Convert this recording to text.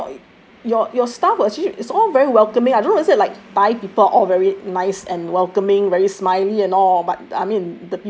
and I think your your your staff were actually is all very welcoming I don't know is it like thai people all very nice and welcoming very smiley and all but